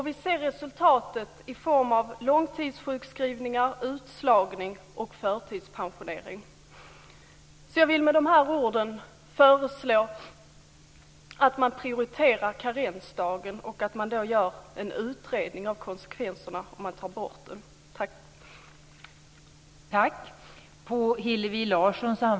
Vi ser resultatet i form av långtidssjukskrivningar, utslagning och förtidspensionering. Jag vill med de här orden föreslå att man prioriterar karensdagen och gör en utredning av konsekvenserna om man tar bort den. Tack.